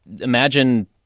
imagine